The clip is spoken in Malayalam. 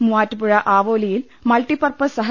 മൂവാറ്റുപുഴ ആവോലിയിൽ മൾട്ടി പർപ്പസ് സഹ